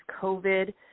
COVID